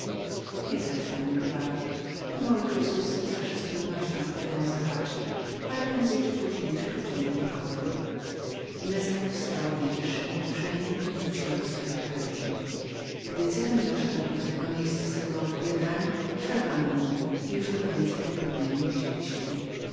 nie trać pani odwagi te małe krezusy zawsze z trudnością chwytają za haczyk ale prędzej czy poźniej przychodzi na nich kolej ineza powstała w najwyższem oburzeniu i wróciła do swojej karety gdy cygan doszedł do tego miejsca swego opowiadania przerwano mu i już go więcej nie widzieliśmy